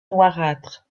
noirâtre